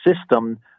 system